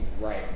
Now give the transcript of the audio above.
right